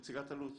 נציגת אלו"ט,